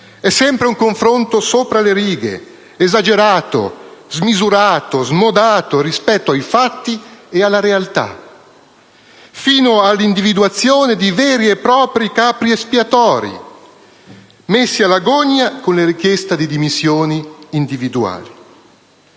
È sempre un confronto sopra le righe, esagerato, smisurato, smodato rispetto ai fatti e alla realtà, fino all'individuazione di veri e propri capri espiatori, messi alla gogna con la richiesta di dimissioni individuali.